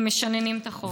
הם משננים את החומר.